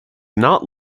not